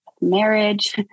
marriage